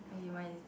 (aiya) mine is